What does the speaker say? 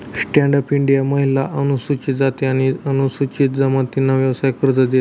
stand up India महिला, अनुसूचित जाती आणि अनुसूचित जमातींना व्यवसाय कर्ज देते